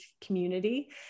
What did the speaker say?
community